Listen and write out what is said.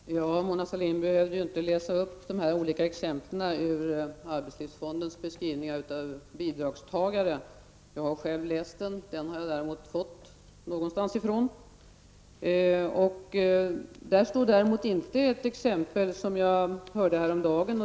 Herr talman! Mona Sahlin behövde inte läsa upp de olika exemplen ur arbetslivsfondens beskrivningar av bidragstagare. Jag har själv fått den någonstans ifrån och har läst den. Där återgavs däremot inte ett exempel som jag hörde berättas om häromdagen.